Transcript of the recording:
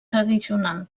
tradicional